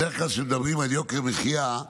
בדרך כלל, כשמדברים על יוקר המחיה,